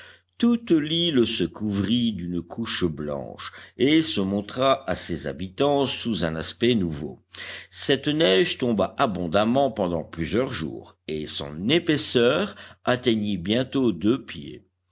toute l'île se couvrit d'une couche blanche et se montra à ses habitants sous un aspect nouveau cette neige tomba abondamment pendant plusieurs jours et son épaisseur atteignit bientôt deux pieds